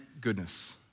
goodness